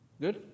Good